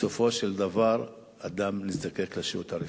בסופו של דבר אדם נזקק לשירות הרפואי.